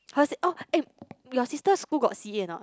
hers oh eh your sister school got C_A or not